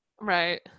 Right